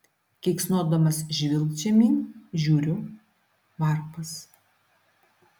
keiksnodamas žvilgt žemyn žiūriu varpas